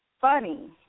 funny